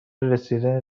رسیدن